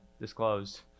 disclosed